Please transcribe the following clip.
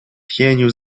pienił